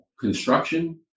construction